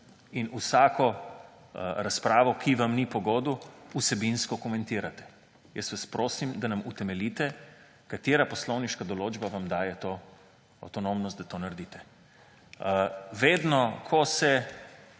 in vsako razpravo, ki vam ni pogodu, vsebinsko komentirate. Jaz vas prosim, da nam utemeljite, katera poslovniška določba vam daje to avtonomnost, da to naredite. Vedno ko se